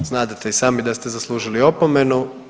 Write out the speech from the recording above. Znadete i sami da ste zaslužili opomenu.